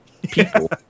people